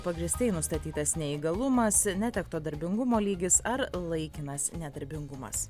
pagrįstai nustatytas neįgalumas netekto darbingumo lygis ar laikinas nedarbingumas